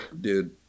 Dude